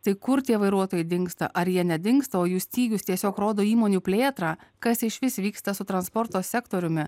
tai kur tie vairuotojai dingsta ar jie nedingsta o jų stygius tiesiog rodo įmonių plėtrą kas išvis vyksta su transporto sektoriumi